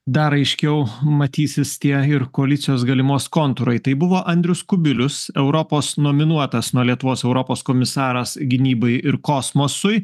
dar aiškiau matysis tie ir koalicijos galimos kontūrai tai buvo andrius kubilius europos nominuotas nuo lietuvos europos komisaras gynybai ir kosmosui